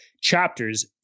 chapters